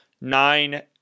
nine